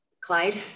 Clyde